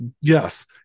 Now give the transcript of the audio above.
Yes